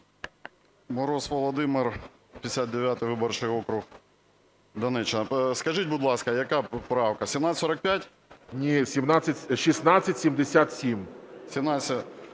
Мороз Володимир, 59 виборчий округ, Донеччина. Скажіть, будь ласка, яка правка – 1745? ГОЛОВУЮЧИЙ.